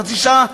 חצי שעה,